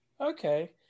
Okay